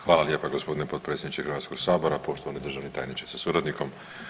Hvala lijepa gospodine predsjedniče Hrvatskog sabora, poštovani državni tajniče sa suradnikom.